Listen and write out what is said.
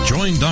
Join